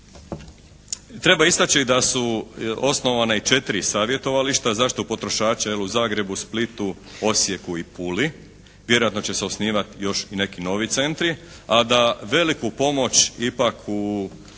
Treba istaći da su osnovana i četiri savjetovališta zaštite potrošača u Zagrebu, Splitu, Osijeku i Puli. Vjerojatno će se osnivati još i neki novi centri, a da veliku pomoć ipak u